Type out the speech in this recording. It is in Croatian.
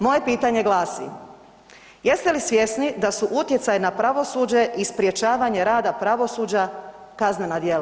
Moje pitanje glasi, jeste li svjesni da su utjecaj na pravosuđe i sprječavanje rada pravosuđa kaznena djela?